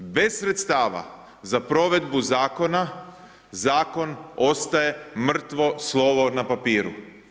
Bez sredstava za provedbu zakona, zakon ostaje mrtvo slovo na papiru.